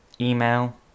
Email